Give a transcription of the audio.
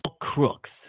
crooks